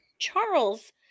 Charles